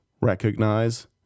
recognize